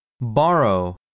Borrow